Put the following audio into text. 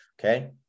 Okay